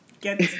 Get